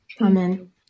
Amen